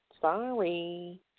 Sorry